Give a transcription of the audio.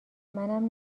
منم